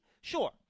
sure